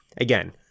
Again